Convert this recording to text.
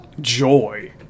Joy